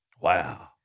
Wow